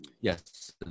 yes